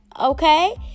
okay